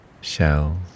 shells